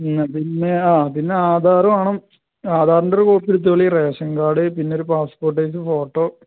എന്നാൽ പിന്നെ ആ പിന്നെ ആധാർ വെണം ആധാറിൻ്റെ ഒരു കോപ്പി എടുത്തോളൂ റേഷൻ കാർഡ് പിന്നെ ഒരു പാസ്പോർട്ട് സൈസ് ഫോട്ടോ